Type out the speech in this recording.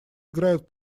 играют